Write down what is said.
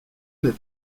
n’est